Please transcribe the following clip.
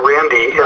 Randy